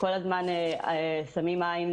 כל הזמן שמים עין,